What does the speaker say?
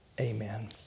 amen